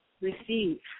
receive